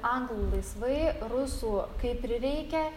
anglų laisvai rusų kai prireikia